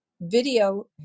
video